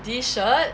this shirt